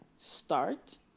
start